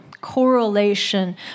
correlation